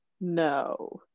no